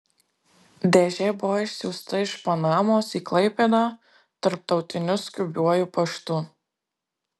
dėžė buvo išsiųsta iš panamos į klaipėdą tarptautiniu skubiuoju paštu